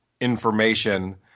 information